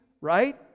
right